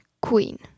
queen